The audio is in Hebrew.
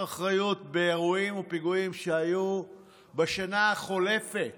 אחריות באירועים ובפיגועים שהיו בשנה החולפת